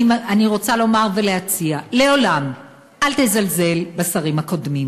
אני רוצה לומר ולהציע: לעולם אל תזלזל בשרים הקודמים.